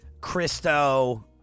Christo